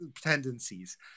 tendencies